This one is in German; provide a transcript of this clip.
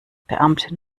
beamte